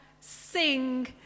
sing